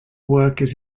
workers